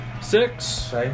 Six